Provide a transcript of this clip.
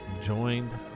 joined